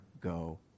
go